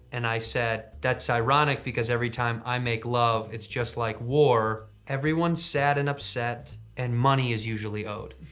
and i said, that's ironic because every time i make love it's just like war, everyone's sad and upset and money is usually owed.